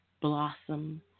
blossom